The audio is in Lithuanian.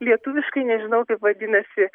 lietuviškai nežinau kaip vadinasi